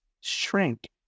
shrink